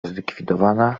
zlikwidowana